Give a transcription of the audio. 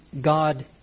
God